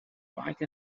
like